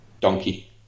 donkey